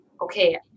okay